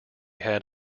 had